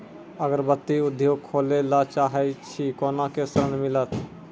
अगरबत्ती उद्योग खोले ला चाहे छी कोना के ऋण मिलत?